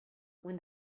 when